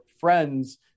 friends